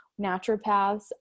naturopaths